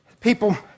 People